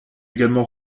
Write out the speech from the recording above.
également